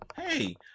hey